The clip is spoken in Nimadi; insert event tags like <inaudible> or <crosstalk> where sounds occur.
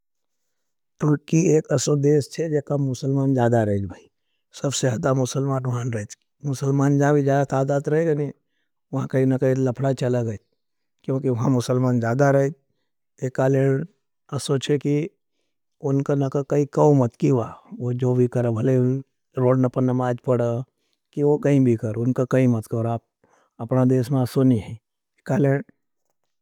तुर्की एक असो देश है जो गरीबी गण है। कही थे कि वहाँ भी खाना नहीं मिलते हैं। और वहाँ का लोग सब काला अभूस थे। मुसलमान <noise> कसा देखो तुमें एकडम काले अभूस। और खाना नहीं मिलते हैं। और रुटी, पानी मां कही नहीं देखते हैं। भूकह मरत धी चारा रोन्ड है वो बत्यार हरे लेवर भीया कही रुटी, कानक देखते हैं। <unintelligible>